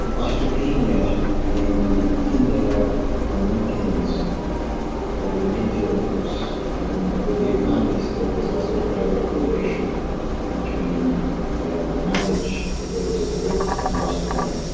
and osteopenia in female olympians for the zero nine two olympics, and what they found is that there was also a direct correlation between mileage of aerobic work and loss of bone.